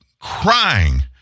crying